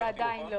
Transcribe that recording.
או שעדיין לא?